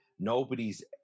nobody's